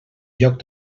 lloc